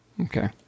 Okay